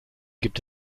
gibt